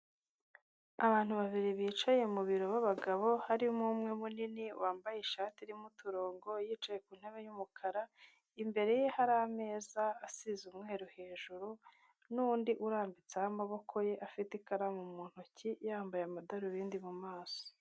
Abantu babiri bicaye mu biro b'abagabo, harimo umwe munini wambaye ishati irimo uturongo, yicaye ku ntebe y'umukara, imbere ye hari ameza asize umweru hejuru, n'undi urambitseho amaboko ye, afite ikaramu mu ntoki, yambaye amadarubindi mu maso.